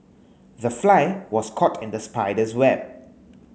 the fly was caught in the spider's web